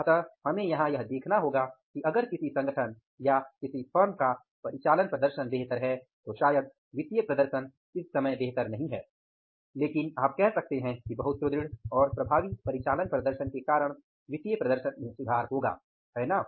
अतः हमें यहां यह देखना होगा कि अगर किसी संगठन या किसी फर्म का परिचालन प्रदर्शन बेहतर है तो शायद वित्तीय प्रदर्शन इस समय बेहतर नहीं है लेकिन आप कह सकते हैं कि बहुत सुदृढ़ और प्रभावी परिचालन प्रदर्शन के कारण वित्तीय प्रदर्शन में सुधार होगा है ना